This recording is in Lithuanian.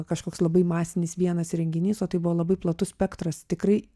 kažkoks labai masinis vienas renginys o tai buvo labai platus spektras tikrai